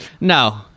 No